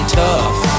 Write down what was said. tough